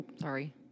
Sorry